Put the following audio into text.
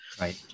Right